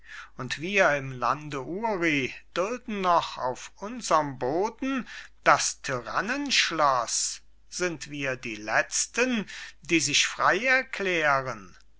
und wir im lande uri dulden noch auf unserm boden das tyrannenschloss sind wir die letzten die sich frei erklären